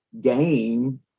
game